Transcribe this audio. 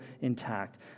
intact